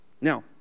Now